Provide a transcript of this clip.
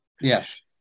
Yes